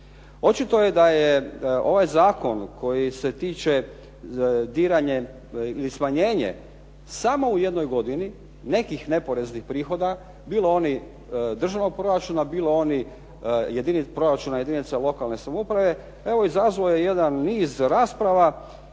Očito je da je ovaj zakon koji se tiče diranje ili smanjenje samo u jednoj godini nekih neporeznih prihoda, bilo onih državnog proračuna, bilo proračuna jedinica lokalne samouprave, evo izazvao je jedan niz rasprava